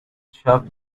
shop